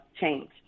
change